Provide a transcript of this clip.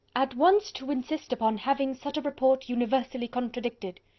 at once to insist upon having such a report universally contradicted.